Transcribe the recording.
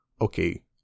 okay